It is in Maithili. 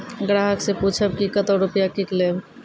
ग्राहक से पूछब की कतो रुपिया किकलेब?